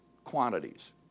quantities